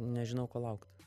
nežinau ko laukt